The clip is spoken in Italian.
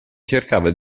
cercava